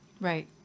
Right